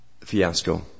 fiasco